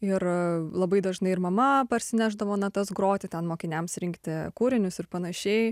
ir labai dažnai ir mama parsinešdavo natas groti ten mokiniams rinkti kūrinius ir panašiai